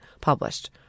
published